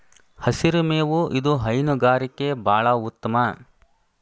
ಹಸಿರು ಮೇವು ಇದು ಹೈನುಗಾರಿಕೆ ಬಾಳ ಉತ್ತಮ